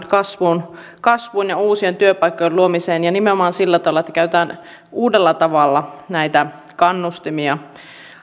kasvuun kasvuun ja uusien työpaikkojen luomiseen ja nimenomaan sillä tavalla että käytetään uudella tavalla näitä kannustimia